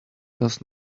does